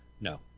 No